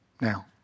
Now